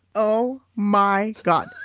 oh my god